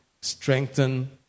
strengthen